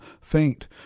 faint